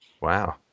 Wow